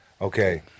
Okay